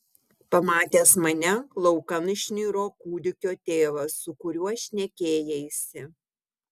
pamatęs mane laukan išniro kūdikio tėvas su kuriuo šnekėjaisi